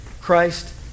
Christ